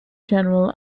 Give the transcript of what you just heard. general